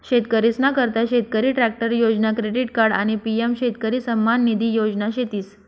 शेतकरीसना करता शेतकरी ट्रॅक्टर योजना, क्रेडिट कार्ड आणि पी.एम शेतकरी सन्मान निधी योजना शेतीस